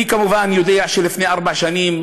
אני כמובן יודע שלפני ארבע שנים,